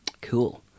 Cool